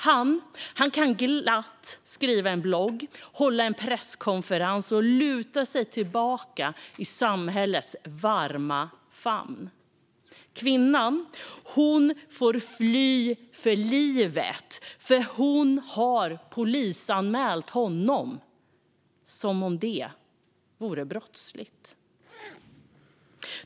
Han kan glatt skriva en blogg, hålla i en presskonferens och luta sig tillbaka i samhällets varma famn. Kvinnan får fly för livet, för hon har polisanmält honom - som om det vore brottsligt.